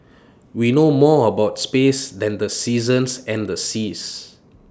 we know more about space than the seasons and the seas